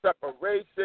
separation